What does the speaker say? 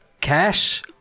cash